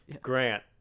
grant